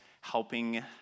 helping